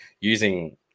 using